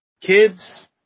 Kids